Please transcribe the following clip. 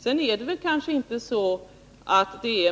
Sedan är det kanske inte